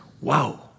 wow